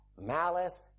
malice